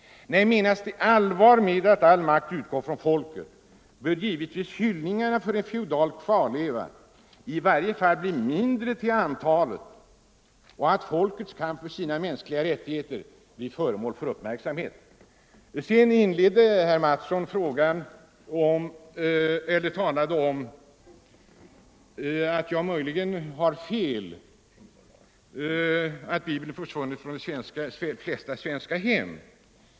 Nej, menas det allvar med att all makt utgår från folket, bör givetvis hyllningarna till en feodal kvarleva i varje fall bli mindre till antalet och folkets kamp för sina mänskliga rättigheter bli föremål för uppmärksamhet. Herr Mattsson i Lane-Herrestad ansåg att jag möjligen hade fel i att Bibeln försvunnit från de flesta svenska hem.